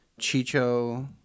Chicho